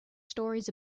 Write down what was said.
stories